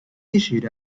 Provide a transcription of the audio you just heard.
issued